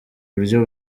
buryo